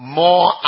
more